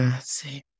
see